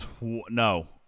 No